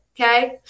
Okay